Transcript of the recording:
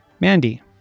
Mandy